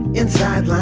inside